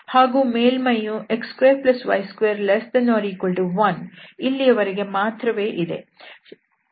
ಹಾಗೂ ಮೇಲ್ಮೈಯು x2y2≤1 ಇಲ್ಲಿಯವರೆಗೆ ಮಾತ್ರವೇ ಇದೆ